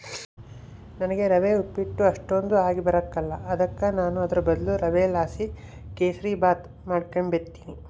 ನನಿಗೆ ರವೆ ಉಪ್ಪಿಟ್ಟು ಅಷ್ಟಕೊಂದ್ ಆಗಿಬರಕಲ್ಲ ಅದುಕ ನಾನು ಅದುರ್ ಬದ್ಲು ರವೆಲಾಸಿ ಕೆಸುರ್ಮಾತ್ ಮಾಡಿಕೆಂಬ್ತೀನಿ